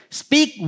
speak